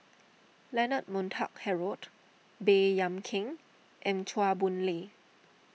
Leonard Montague Harrod Baey Yam Keng and Chua Boon Lay